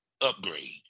upgrade